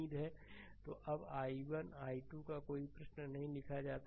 slide समय देखें 2300 तो अब i1 i2 का कोई प्रश्न नहीं लिखा जाता है